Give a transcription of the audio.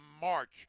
March